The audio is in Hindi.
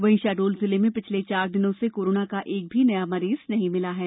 वहीं शहडोल जिले में पिछले चार दिनों से कोरोना का एक भी नया मरीज नहीं मिला है